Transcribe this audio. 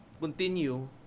continue